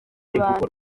abantu